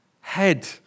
head